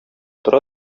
тора